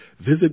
Visit